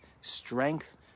strength